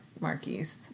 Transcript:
Marquise